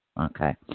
Okay